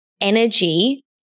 energy